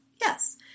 Yes